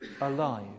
Alive